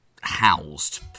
housed